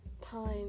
time